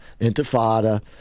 intifada